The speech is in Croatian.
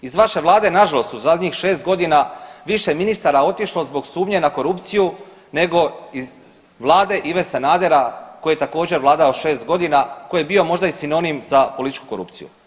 Iz vaše vlade nažalost u zadnjih 6 godina više ministara otišlo zbog sumnje na korupciju nego iz vlade Ive Sanadera koji je također vladao 6 godina, koji je bio možda i sinonim za političku korupciju.